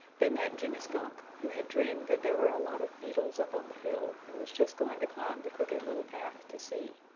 they met jimmy skunk, who had dreamed that there were a lot of beetles up on the hill, and was just going to climb the crooked little path to see.